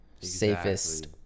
safest